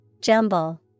Jumble